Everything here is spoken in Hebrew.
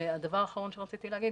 והדבר האחרון שרציתי להגיד,